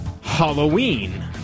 Halloween